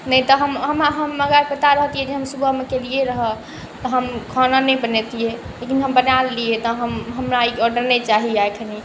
नहि तऽ हम हम हमरा पता रहितिए जे हम सुबहमे केलिए रहै तऽ हम खाना नहि बनेतिए लेकिन हम बना लेलिए तऽ हम हमरा ई ऑडर नहि चाही आइखनी